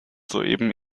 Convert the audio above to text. soeben